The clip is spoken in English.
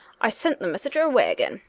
i sent the messenger away again,